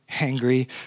angry